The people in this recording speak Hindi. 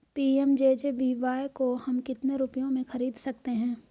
पी.एम.जे.जे.बी.वाय को हम कितने रुपयों में खरीद सकते हैं?